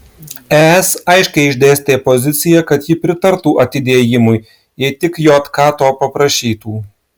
es aiškiai išdėstė poziciją kad ji pritartų atidėjimui jei tik jk to paprašytų